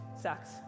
sucks